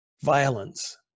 violence